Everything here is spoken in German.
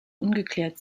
ungeklärt